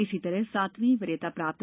इसी तरह सातवीं वरियता प्राप्त